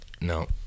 no